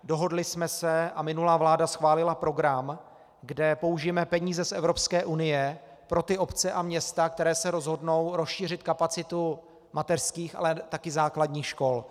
Dohodli jsme se a minulá vláda schválila program, kde použijeme peníze z Evropské unie pro ty obce a města, které se rozhodnou rozšířit kapacitu mateřských, ale také základních škol.